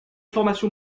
formation